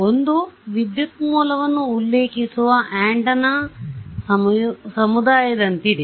ಒಂದು ವಿದ್ಯುತ್ ಮೂಲವನ್ನು ಉಲ್ಲೇಕಿಸುವ ಆಂಟೆನಾ ಸಮುದಾಯದಂತಿದೆ